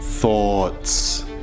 thoughts